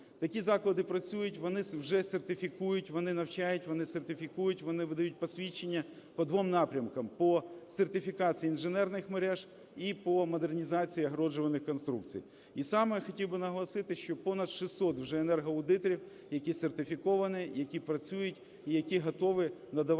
Такі заклади працюють, вони вже сертифікують, вони навчають, вони сертифікують, вони видають посвідчення по двом напрямкам: по сертифікації інженерних мереж і по модернізації огороджувальних конструкцій. І саме я хотів би наголосити, що понад 600 вже енергоаудиторів, які сертифіковані, які працюють і які готові надавати